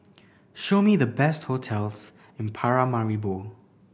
show me the best hotels in Paramaribo